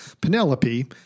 Penelope